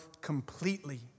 completely